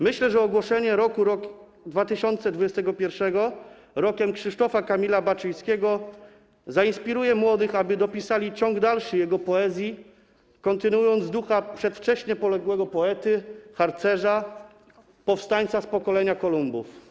Myślę, że ogłoszenie roku 2021 Rokiem Krzysztofa Kamila Baczyńskiego zainspiruje młodych, aby dopisali ciąg dalszy jego poezji, kontynuując ducha przedwcześnie poległego poety, harcerza, powstańca z pokolenia Kolumbów.